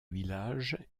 village